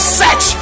set